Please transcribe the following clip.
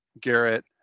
garrett